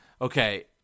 okay